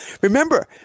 Remember